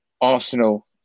Arsenal